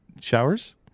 Showers